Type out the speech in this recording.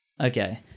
Okay